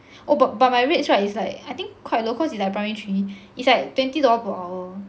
oh but but my rates right it's like I think quite low cause it's like primary three it's like twenty dollar per hour